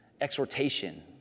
exhortation